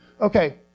Okay